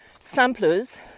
samplers